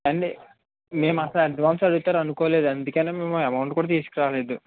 ఎండి మేమసలు అడ్వాన్స్ అడుగుతారని అనుకోలేదండి అందుకనే మేము అమౌంట్ కూడా తీసుకురాలేదు